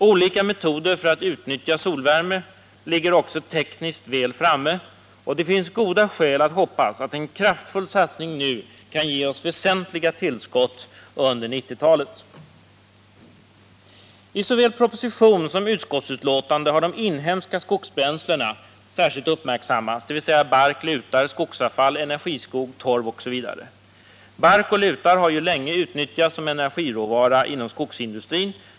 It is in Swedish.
Olika metoder för att utnyttja solvärme ligger också tekniskt väl framme, och det finns goda skäl att hoppas att en kraftfull satsning nu kan ge oss väsentliga tillskott under 1990-talet. I såväl proposition som utskottsbetänkande har de inhemska ”skogsbränslena” särskilt uppmärksammats, dvs. bark, lutar, skogsavfall, energiskog, torv osv. Bark och lutar har ju länge utnyttjats som energiråvara inom skogsindustrin.